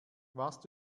warst